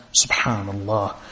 Subhanallah